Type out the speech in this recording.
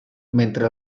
mentre